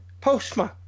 postman